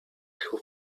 who